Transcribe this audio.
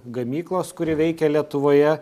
gamyklos kuri veikia lietuvoje